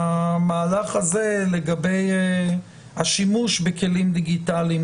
מהמהלך הזה לגבי השימוש בכלים דיגיטליים